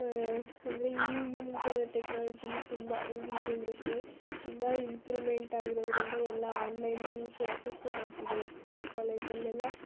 ಅಂದರೆ ಈಗಿನ ಟೆಕ್ನಾಲಜೀಲಿ ತುಂಬ ಈಗಿನ ಜನ್ರೇಷನಲ್ಲಿ ತುಂಬ ಇಂಪ್ರೂಮೆಂಟ್ ಆಗಿರೋದರಿಂದ ಎಲ್ಲ ಆನ್ಲೈನ್ ಕ್ಲಾಸಸ್ಸು ಮಾಡ್ತಿದ್ದಾರೆ ಸ್ಕೂಲ್ ಕಾಲೇಜಲ್ಲೆಲ್ಲ